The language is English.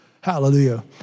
Hallelujah